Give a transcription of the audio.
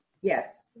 Yes